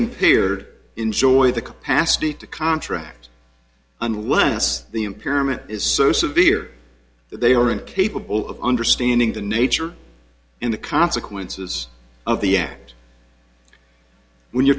impaired enjoy the capacity to contract unless the impairment is so severe that they are incapable of understanding the nature and the consequences of the act when you're